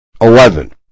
eleven